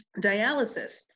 dialysis